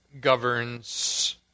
governs